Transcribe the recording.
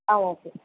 ஆ okay